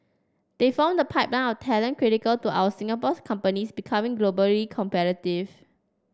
they form the pipeline of talent critical to our Singapore companies becoming globally competitive